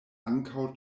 ankaŭ